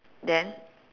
then